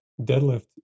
deadlift